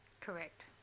Correct